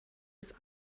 ist